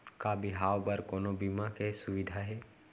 का बिहाव बर कोनो बीमा के सुविधा हे?